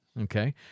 Okay